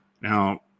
Now